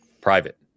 private